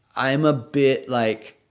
i am a bit, like,